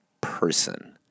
person